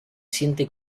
siente